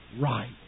right